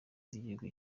z’igihugu